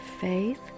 faith